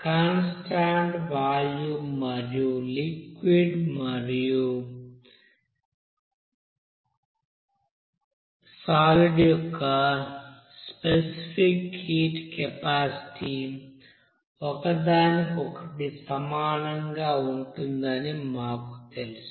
constant volume వద్ద liquid మరియు solid యొక్క స్పెసిఫిక్ హీట్ కెపాసిటీ ఒకదానికొకటి సమానంగా ఉంటుందని మాకు తెలుసు